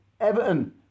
Everton